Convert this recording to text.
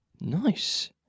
Nice